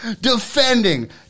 defending